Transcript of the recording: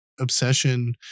obsession